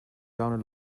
down